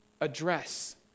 address